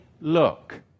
look